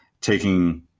taking